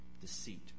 Deceit